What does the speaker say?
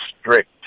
strict